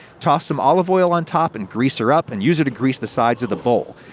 toss some olive oil on top, and grease her up, and use her to grease the sides of the bowl.